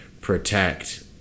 protect